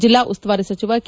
ಜಿಲ್ಲಾ ಉಸ್ತುವಾರಿ ಸಚಿವ ಕೆ